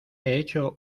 hecho